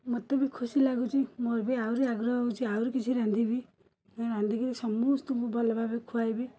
ମୋତେ ବି ଖୁସି ଲାଗୁଛି ମୋର ବି ଆହୁରି ଆଗ୍ରହ ହେଉଛି ଆହୁରି କିଛି ରାନ୍ଧିବି ରାନ୍ଧିକି ସମସ୍ତଙ୍କୁ ଭଲ ଭାବେ ଖୁଆଇବି